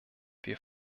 wir